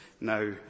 now